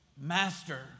master